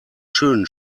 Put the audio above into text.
schönen